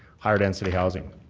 higher density housing.